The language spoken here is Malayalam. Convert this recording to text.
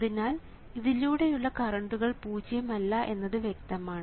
അതിനാൽ ഇവയിലൂടെയുള്ള കറണ്ടുകൾ പൂജ്യം അല്ല എന്നത് വ്യക്തമാണ്